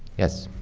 yes?